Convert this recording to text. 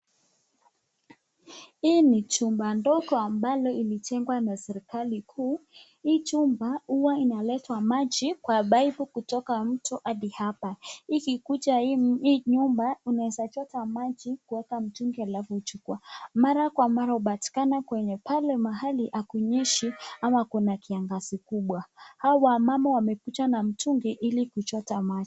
Hii jumba ndogo ambalo ilijengwa na serikali kuu. Hii jumba huwa inaletwa maji kwa baipu kutoka mto hadi hapa, ikikuja hii nyumba unaeza chota maji kuweka mtungi alafu chukua. Mara kwa mara but[cs ]kama kwenye pale mahali hakunyeshi ama kuna kiangazi kubwa, hawa wamama wamekuja na mitungi ili kuchota maji.